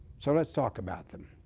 so let's talk about them.